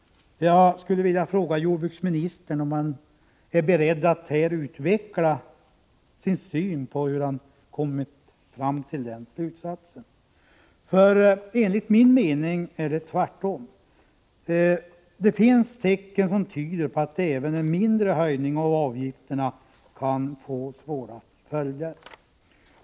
Jag skulle vilja fråga jordbruksministern om han är beredd att här utveckla sin syn på hur han kommit fram till den slutsatsen. Enligt min mening är det tvärtom. Det finns tecken som tyder på att även en mindre höjning av avgifterna kan få svåra följder.